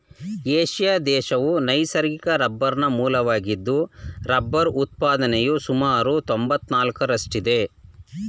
Asia ದೇಶವು ನೈಸರ್ಗಿಕ ರಬ್ಬರ್ನ ಮೂಲವಾಗಿದ್ದು ರಬ್ಬರ್ ಉತ್ಪಾದನೆಯು ಸುಮಾರು ತೊಂಬತ್ನಾಲ್ಕರಷ್ಟಿದೆ